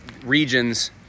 regions